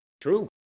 True